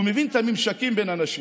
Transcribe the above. הוא מבין את הממשקים בין אנשים,